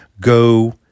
go